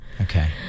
Okay